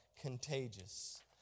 contagious